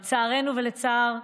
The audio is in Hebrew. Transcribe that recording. לצערנו,